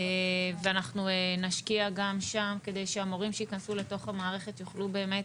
אנחנו נשקיע גם שם כדי שהמורים שיכנסו לתוך המערכת יוכלו באמת